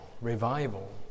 revival